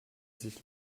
sich